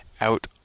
out